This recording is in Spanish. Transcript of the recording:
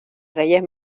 reyes